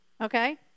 okay